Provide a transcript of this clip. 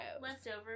leftover